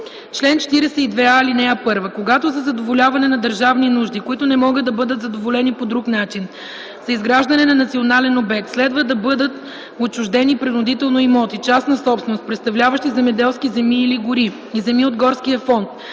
Чл. 42а. (1) Когато за задоволяване на държавни нужди, които не могат да бъдат задоволени по друг начин за изграждане на национален обект, следва да бъдат отчуждени принудително имоти – частна собственост, представляващи земеделски земи или гори и земи от Горския фонд,